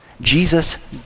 Jesus